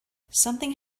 something